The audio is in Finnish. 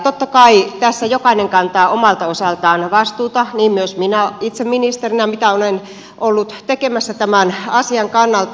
totta kai tässä jokainen kantaa omalta osaltaan vastuuta niin myös minä itse ministerinä sen suhteen mitä olen ollut tekemässä tämän asian kannalta